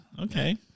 okay